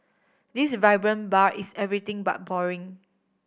this vibrant bar is everything but boring